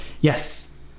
yes